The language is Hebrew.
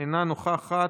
אינה נוכחת,